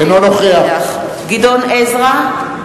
אינו נוכח גדעון עזרא,